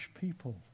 people